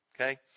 Okay